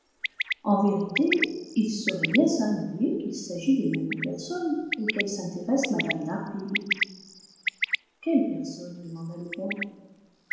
en vérité il serait bien singulier qu'il s'agît des mêmes personnes auxquelles s'intéresse mme d'harville quelles personnes demanda le comte